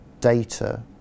data